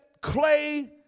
clay